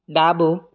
ડાબું